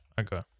okay